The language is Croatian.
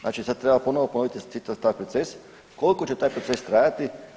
Znači sad treba ponovno ponoviti cijeli taj proces, koliko će taj proces trajati.